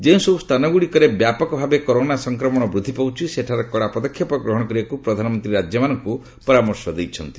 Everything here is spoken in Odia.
ଯେଉଁସବୁ ସ୍ଥାନଗୁଡିକରେ ବ୍ୟାପକଭାବେ କରେନା ସଂକ୍ରମଣ ବୃଦ୍ଧି ପାଉଛି ସେଠାରେ କଡା ପଦକ୍ଷେପ ଗ୍ରହଣ କରିବାକୁ ପ୍ରଧାନମନ୍ତ୍ରୀ ରାଜ୍ୟମାନଙ୍କୁ ପରାମର୍ଶ ଦେଇଛନ୍ତି